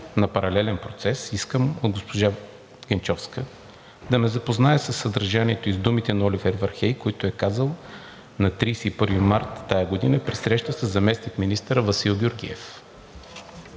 на паралелен процес, искам госпожа Генчовска да ме запознае със съдържанието и с думите на Оливер Вархеи, които е казал на 31 март тази година при среща със заместник-министъра Васил Георгиев.